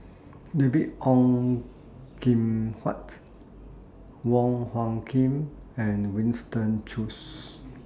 David Ong Kim Huat Wong Hung Khim and Winston Choos